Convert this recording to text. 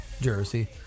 Jersey